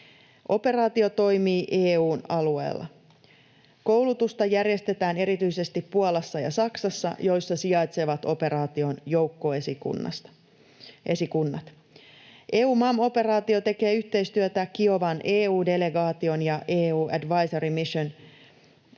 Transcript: Operaatio toimii EU:n alueella. Koulutusta järjestetään erityisesti Puolassa ja Saksassa, joissa sijaitsevat operaation joukkoesikunnat. EUMAM-operaatio tekee yhteistyötä Kiovan EU-delegaation ja EU Advisory Mission Ukraine